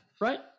Right